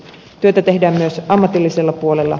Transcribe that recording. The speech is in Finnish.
työtä tehdään myös ammatillisella puolella